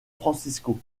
francisco